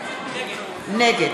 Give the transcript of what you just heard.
נגד